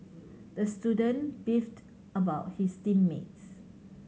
the student beefed about his team mates